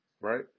right